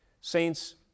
Saints